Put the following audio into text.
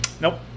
Nope